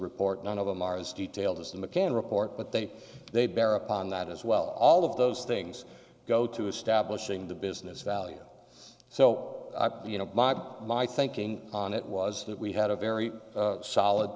report none of them are as detailed as the mccann report but they they bear upon that as well all of those things go to establishing the business value so you know my thinking on it was that we had a very solid